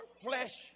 flesh